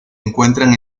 encuentran